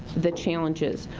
the challenges.